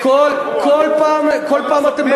כל פעם,